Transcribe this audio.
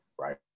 right